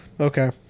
Okay